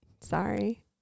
Sorry